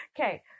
Okay